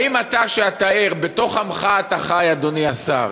האם אתה, שאתה ער ובתוך עמך אתה חי, אדוני השר,